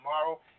tomorrow